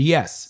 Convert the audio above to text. Yes